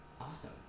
awesome